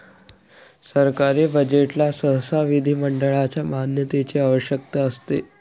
सरकारी बजेटला सहसा विधिमंडळाच्या मान्यतेची आवश्यकता असते